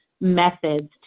methods